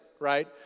Right